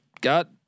got